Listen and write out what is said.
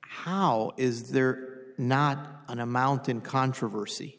how is there not an amount in controversy